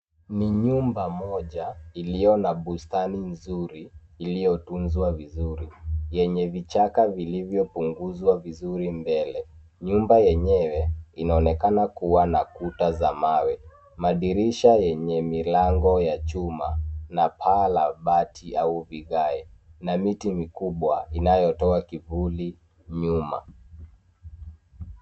Ni nyumba moja iliyo na bustani nzuri iliyotunzwa vizuri; yenye vichaka vilivyopunguzwa vizuri mbele. Nyumba yenyewe inaonekana kuwa na kuta za mawe, madirisha yenye milango ya chuma na paa la bati au vigae na miti mikubwa inayotoa kivuli nyuma.